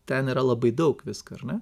ten yra labai daug visko ar ne